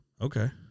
Okay